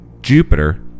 Jupiter